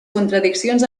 contradiccions